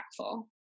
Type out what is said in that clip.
impactful